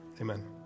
Amen